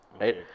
right